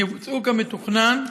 יבוצעו כמתוכנן,